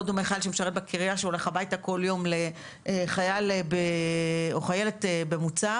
לא דומה חייל שמשרת בקריה שהולך הביתה כל יום לחייל או חיילת במוצב,